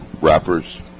rappers